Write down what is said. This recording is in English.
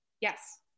Yes